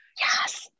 Yes